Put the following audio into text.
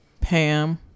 Pam